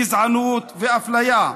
גזענות ואפליה,